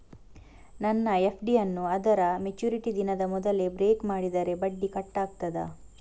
ನನ್ನ ಎಫ್.ಡಿ ಯನ್ನೂ ಅದರ ಮೆಚುರಿಟಿ ದಿನದ ಮೊದಲೇ ಬ್ರೇಕ್ ಮಾಡಿದರೆ ಬಡ್ಡಿ ಕಟ್ ಆಗ್ತದಾ?